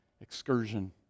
Excursion